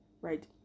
Right